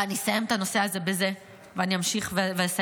ואני אסיים את הנושא הזה בזה, ואני אמשיך ואסיים